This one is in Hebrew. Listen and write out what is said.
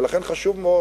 ולכן חשוב מאוד